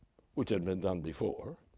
which had been done before,